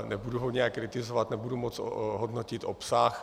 Nebudu ho nijak kritizovat, nebudu moc hodnotit obsah.